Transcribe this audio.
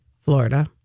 Florida